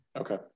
Okay